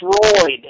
destroyed